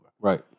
right